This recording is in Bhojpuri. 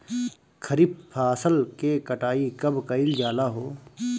खरिफ फासल के कटाई कब कइल जाला हो?